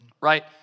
Right